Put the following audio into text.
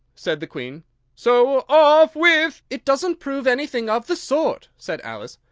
said the queen so, off with it doesn't prove anything of the sort! said alice.